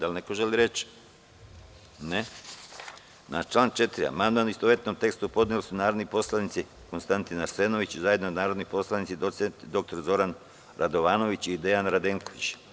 Da li neko želi reč? (Ne.) Na član 4. amandman u istovetnom tekstu su podneli narodni poslanik Konstantin Arsenović i zajedno narodni poslanici doc. dr Zoran Radovanović i Dejan Radenković.